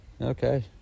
okay